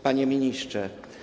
Panie Ministrze!